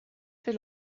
für